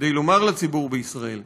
וכדי לומר לציבור בישראל: